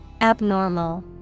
Abnormal